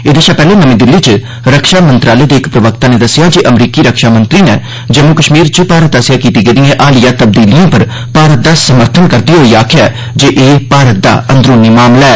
एहृदे शा पैह्ले नमीं दिल्ली च रक्षा मंत्रालय दे इक प्रवक्ता नै दस्सेआ जे अमरीकी रक्षामंत्री नै जम्मू कश्मीर च भारत आस्सेआ कीती गेदिए हालिया तबदीलिए पर भारत दा समर्थन करदे होई आक्खेआ जे एह् भारत दा अंदरूनी मामला ऐ